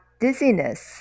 dizziness